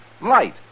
light